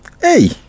Hey